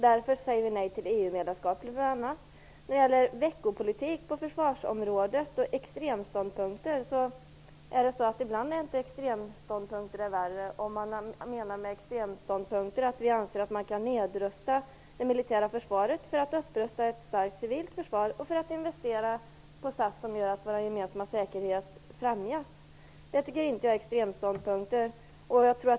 Därför säger vi nej till EU När det gäller veckopolitik och extremståndpunkter på försvarsområdet är extremståndpunkten nog ibland inte värre än att vi anser att man kan nedrusta det militära försvaret för att upprusta ett starkt civilt försvar och för att investera på ett sätt som gör att vår gemensamma säkerhet främjas. Det tycker inte jag är extremståndpunkter.